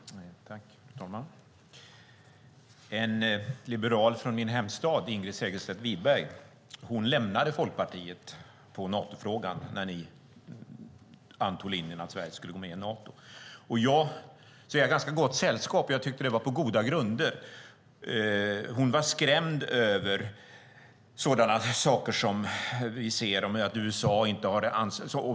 Fru talman! En liberal från min hemstad, Ingrid Segerstedt Wiberg, lämnade Folkpartiet på Natofrågan när ni antog linjen att Sverige skulle gå med i Nato. Jag är i ganska gott sällskap. Jag tyckte att det var på goda grunder. Hon var skrämd över sådana saker som vi ser.